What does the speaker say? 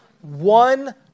one